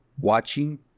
watching